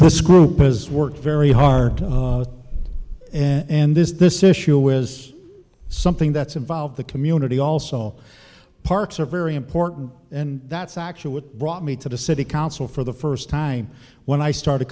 this group has worked very hard and this this issue is something that's involved the community also parks are very important and that's actually what brought me to the city council for the first time when i started